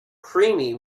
creamy